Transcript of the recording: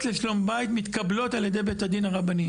לשלום בית מתקבלות על ידי בית הדין הרבני,